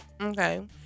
Okay